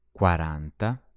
quaranta